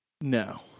no